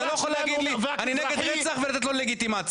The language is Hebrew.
אתה לא יכול להגיד לי: אני נגד רצח ולתת לו לגיטימציה.